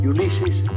Ulysses